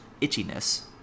itchiness